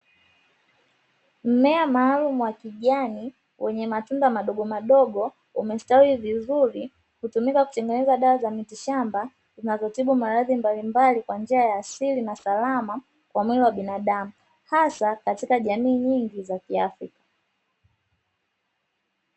Mmea maalumu wa kijani wenye matunda madogomadogo umestawi vizuri, hutumika kutengeneza dawa za mitishamba zinazotibu maradhi mbalimbali kwa njia ya asili na salama kwa mwili wa binadamu hasa katika jamii nyingi za kiafrika.